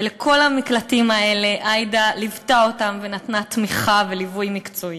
ואת כל המקלטים האלה עאידה ליוותה ונתנה להם תמיכה וליווי מקצועי.